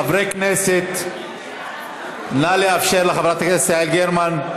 חברי הכנסת, נא לאפשר לחברת הכנסת יעל גרמן.